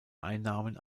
einnahmen